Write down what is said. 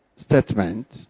statement